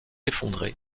effondré